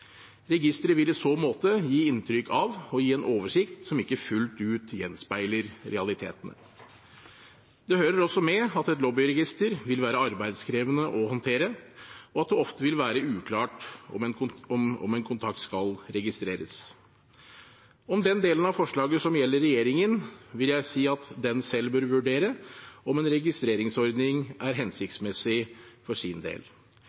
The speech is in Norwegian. Registeret vil i så måte gi inntrykk av å gi en oversikt som ikke fullt ut gjenspeiler realitetene. Det hører også med at et lobbyregister vil være arbeidskrevende å håndtere, og at det ofte vil være uklart om en kontakt skal registreres. Om den delen av forslaget som gjelder regjeringen, vil jeg si at den selv bør vurdere om en registreringsordning er hensiktsmessig for sin del.